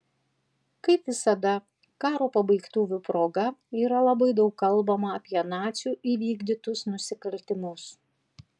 kaip visada karo pabaigtuvių proga yra labai daug kalbama apie nacių įvykdytus nusikaltimus